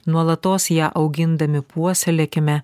nuolatos ją augindami puoselėkime